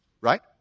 Right